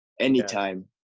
anytime